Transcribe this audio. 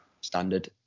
Standard